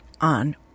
on